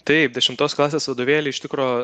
taip dešimtos klasės vadovėly iš tikro